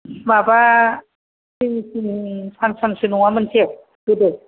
माबा सिंसिं सांसांसो नङा मोनसे गोदो